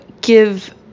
give